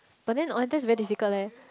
but then very difficult leh